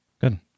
Good